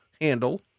handle